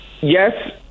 yes